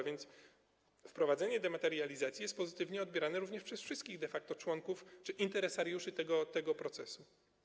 A więc wprowadzenie dematerializacji jest pozytywnie odbierane również przez wszystkich de facto członków czy interesariuszy tego procesu.